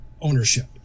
ownership